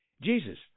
Jesus